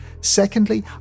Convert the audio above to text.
Secondly